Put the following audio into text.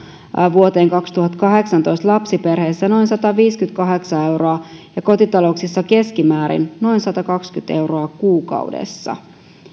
vuoteen kaksituhattakahdeksantoista lapsiperheissä noin sataviisikymmentäkahdeksan euroa ja kotitalouksissa keskimäärin noin satakaksikymmentä euroa kuukaudessa